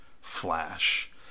Flash